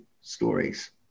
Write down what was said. stories